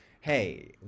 hey